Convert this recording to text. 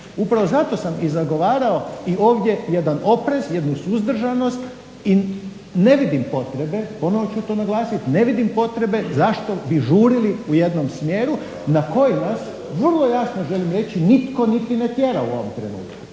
Upravo zato sam i zagovarao i ovdje jedan oprez, jednu suzdržanost i ne vidim potrebe ponovno ću to naglasiti ne vidim potrebe zašto bi žurili u jednom smjeru na koji nas vrlo jasno želim reći nitko niti ne tjera u ovom trenutku.